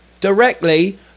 directly